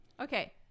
Okay